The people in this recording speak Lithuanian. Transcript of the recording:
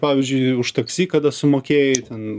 pavyzdžiui už taksi kada sumokėjai ten